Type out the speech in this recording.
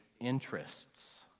interests